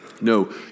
No